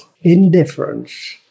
indifference